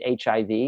HIV